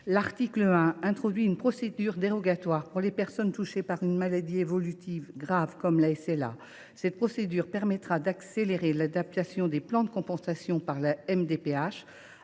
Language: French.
de loi introduit une procédure dérogatoire pour les personnes touchées par une maladie évolutive grave comme la SLA. Cette procédure permettra d’accélérer l’adaptation des plans de compensation par la MDPH,